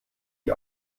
die